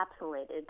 encapsulated